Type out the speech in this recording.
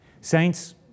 Saints